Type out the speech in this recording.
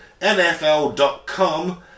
NFL.com